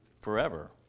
forever